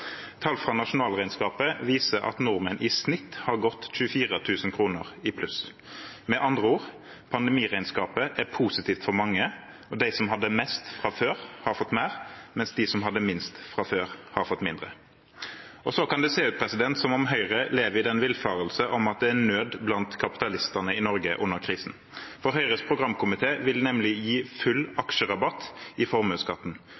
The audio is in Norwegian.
Tall fra nasjonalregnskapet viser at nordmenn i snitt har gått 24 000 kr i pluss. Med andre ord: Pandemiregnskapet er positivt for mange, og de som hadde mest fra før, har fått mer, mens de som hadde minst fra før, har fått mindre. Så kan det se ut som om Høyre lever i den villfarelse at det er nød blant kapitalistene i Norge under krisen, for Høyres programkomité vil nemlig gi full aksjerabatt i formuesskatten,